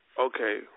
okay